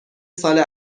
سال